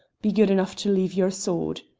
be good enough to leave your sword.